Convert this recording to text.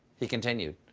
he continued,